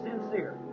sincere